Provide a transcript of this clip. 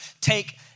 take